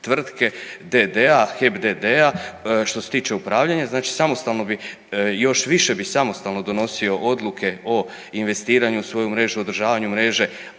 tvrtke d.d.-a, HEP d.d.-a, što se tiče upravljanja, znači samostalno bi, još više bi samostalno donosio odluke o investiranju u svoju mrežu, održavanju mreže,